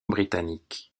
britanniques